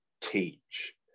teach